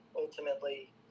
ultimately